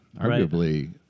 Arguably